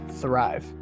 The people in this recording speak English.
thrive